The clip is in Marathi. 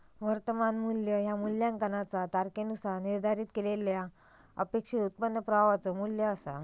वर्तमान मू्ल्य ह्या मूल्यांकनाचा तारखेनुसार निर्धारित केलेल्यो अपेक्षित उत्पन्न प्रवाहाचो मू्ल्य असा